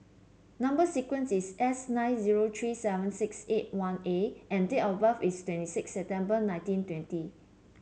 number sequence is S nine zero three seven six eight one A and date of birth is twenty six September nineteen twenty